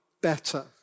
better